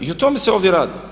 I o tome se ovdje radi.